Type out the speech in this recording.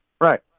Right